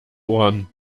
ohren